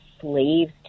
slaves